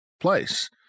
place